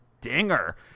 dinger